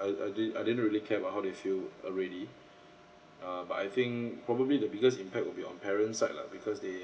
I I didn't I didn't really care about how they feel already uh but I think probably the biggest impact will be on parents' side lah because they